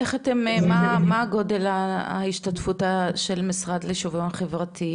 מה גודל ההשתתפות של המשרד לשיוויון חברתי,